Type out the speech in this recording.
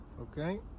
okay